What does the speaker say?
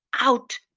out